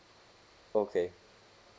okay